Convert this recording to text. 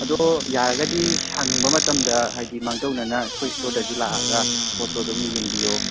ꯑꯗꯣ ꯌꯥꯔꯒꯗꯤ ꯁꯪꯕ ꯃꯇꯝꯗ ꯍꯥꯏꯗꯤ ꯃꯥꯡꯖꯧꯅꯅ ꯑꯩꯈꯣꯏ ꯏꯁꯇꯣꯔꯗꯁꯨ ꯂꯥꯛꯑꯒ ꯄꯣꯠꯇꯣ ꯑꯗꯨꯝ ꯌꯦꯡꯕꯤꯌꯣ